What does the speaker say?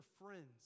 friends